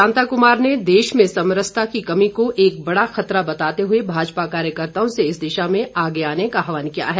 शांता कुमार सांसद शांता कुमार ने देश में समरसता की कमी को एक बड़ा खतरा बताते हुए भाजपा कार्यकर्ताओं से इस दिशा में आगे आने का आहवान किया है